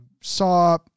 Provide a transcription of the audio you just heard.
saw